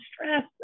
stress